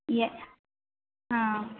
S हाँ